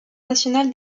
national